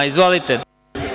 Izvolite.